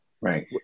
Right